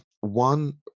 One